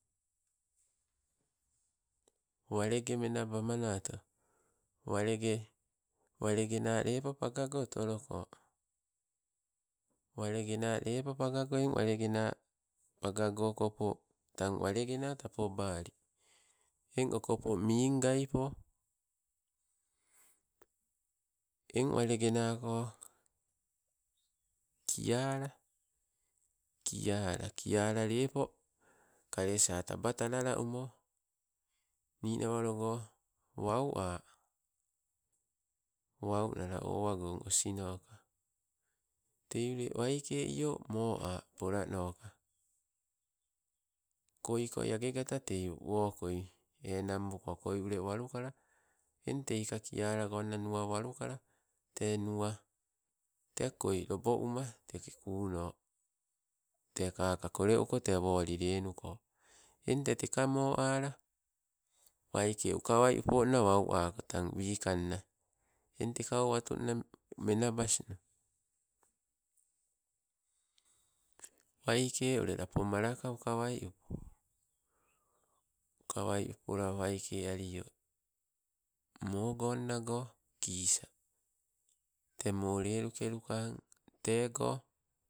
Walenge menaba manato walenge walengena lepo pawago otoloko. Walengena lepo pawago eng walengena pagago okopo tang walengena tapobali. Eng okopo miingai po, eng walengenako kiala- kiala- kiala lepo, kalesa taba talala umo. Ninawa logo wau a, waunala owa gong osinoka. Tei ule wakei, io moa pola noka koikoi agegata tei wokoi, enang buka koi ule walukala, eng tei ka kiala gong tuwa walukala tee nuwa tee, koi lobo uma teke kuuno tee kaka koleuko tee woli lennuko. Eng tee teka moala, waike ukawai upola wau ako tan wikang na eng teka, owatunna menabasno, waike ule lapo malaka ukawai upo, ukawai upola waike alio mogonnago kisa tee moo leluke lukang tego